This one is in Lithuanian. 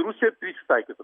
rusija prisitaikytų